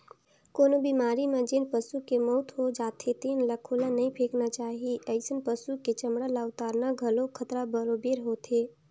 कोनो बेमारी म जेन पसू के मउत हो जाथे तेन ल खुल्ला नइ फेकना चाही, अइसन पसु के चमड़ा ल उतारना घलो खतरा बरोबेर होथे